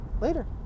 later